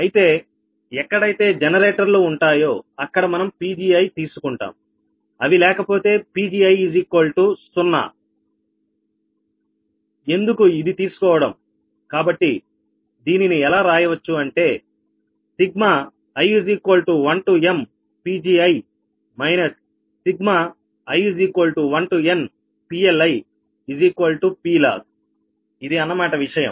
అయితే ఎక్కడైతే జనరేటర్లు ఉంటాయో అక్కడ మనం Pgi తీసుకుంటాం అవి లేకపోతే Pgi0 ఎందుకు ఇది తీసుకోవడం కాబట్టి దీనిని ఎలా రాయవచ్చు అంటే i1mPgi i1nPLiPloss ఇది అనమాట విషయం